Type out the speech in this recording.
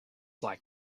like